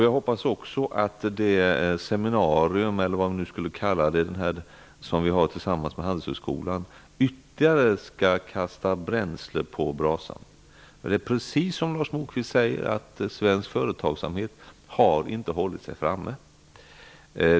Jag hoppas också att det seminarium som vi skall ha tillsammans med Handelshögskolan ytterligare skall kasta bränsle på brasan. Det är precis som Lars Moquist säger, att svensk företagsamhet inte har hållit sig framme.